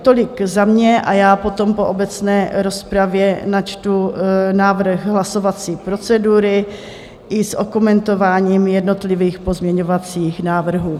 Tolik za mě a já potom po obecné rozpravě načtu návrh hlasovací procedury i s okomentováním jednotlivých pozměňovacích návrhů.